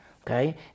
Okay